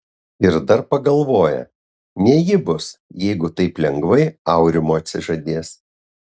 ir dar pagalvoja ne ji bus jeigu taip lengvai aurimo atsižadės